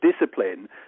discipline